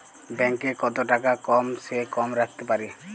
Bank এ কত টাকা কম সে কম রাখতে পারি?